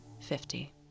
fifty